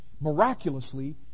miraculously